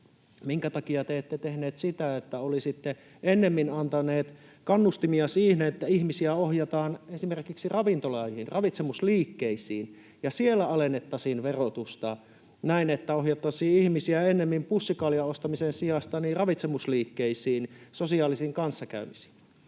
Minkä takia te ette tehneet sitä, että olisitte ennemmin antaneet kannustimia siihen, että ihmisiä ohjataan esimerkiksi ravintoloihin, ravitsemusliikkeisiin, ja siellä alennettaisiin verotusta niin, että ohjattaisiin ihmisiä pussikaljan ostamisen sijasta ennemmin ravitsemusliikkeisiin, sosiaalisiin kanssakäymisiin?